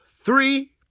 three